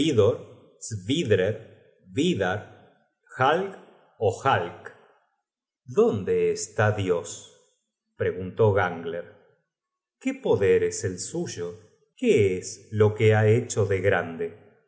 jalk dónde está dios preguntó gangler qué poder es el suyo qué es lo que ha hecho de grande